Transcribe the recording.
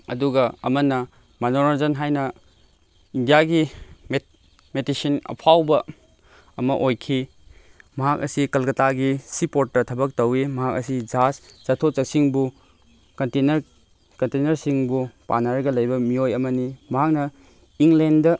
ꯑꯗꯨꯒ ꯑꯃꯅ ꯃꯅꯣꯔꯟꯖꯟ ꯍꯥꯏꯅ ꯏꯟꯗꯤꯌꯥꯒꯤ ꯃꯦꯇꯤꯁ꯭ꯌꯤꯟ ꯑꯐꯥꯎꯕ ꯑꯃ ꯑꯣꯏꯈꯤ ꯃꯍꯥꯛ ꯑꯁꯤ ꯀꯜꯀꯇꯥꯒꯤ ꯁꯤ ꯄ꯭ꯣꯔꯠꯇ ꯊꯕꯛ ꯇꯧꯏ ꯃꯍꯥꯛ ꯑꯁꯤ ꯖꯍꯥꯁ ꯆꯠꯊꯣꯛ ꯆꯠꯁꯤꯟꯕꯨ ꯀꯟꯇꯦꯟꯅꯔꯁꯤꯡꯕꯨ ꯄꯥꯟꯅꯔꯒ ꯂꯩꯕ ꯃꯤꯑꯣꯏ ꯑꯃꯅꯤ ꯃꯍꯥꯛꯅ ꯏꯪꯂꯦꯟꯗ